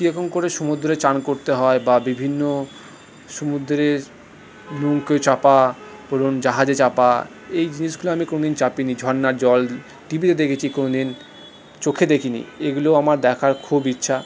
কীরকম করে সমুদ্রে চান করতে হয় বা বিভিন্ন সমুদ্রের নৌকোয় চাপা বলুন জাহাজে চাপা এই জিনিসগুলো আমি কোনদিন চাপি নি ঝর্নার জল টিভিতে দেখেছি কোনদিন চোখে দেখি নি এইগুলো আমার দেখার খুব ইচ্ছা